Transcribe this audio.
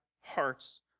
hearts